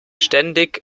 ständig